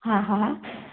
हा हा